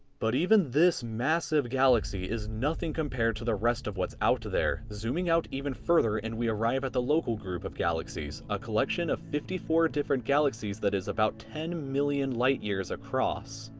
but even this massive galaxy is nothing compared to the rest of what's out to there. zooming out even further and we arrive at the local group of galaxies. a collection of fifty four different galaxies that is about ten million light-years across.